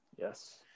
Yes